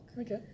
Okay